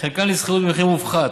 חלקן לשכירות במחיר מופחת.